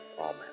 amen